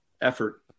effort